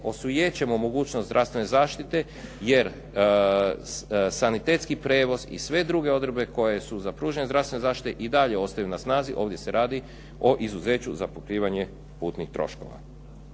osujećujemo mogućnost zdravstvene zaštite, jer sanitetski prijevoz i sve druge odredbe koje su za pružanje zdravstvene zaštite i dalje ostaju na snazi. Ovdje se radi o izuzeću za pokrivanje putnih troškova.